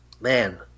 man